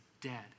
dead